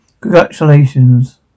Congratulations